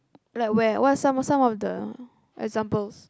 like where what are some of some of the examples